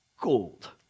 gold